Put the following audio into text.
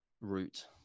route